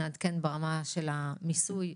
נעדכן ברמה של המיסוי.